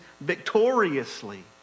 victoriously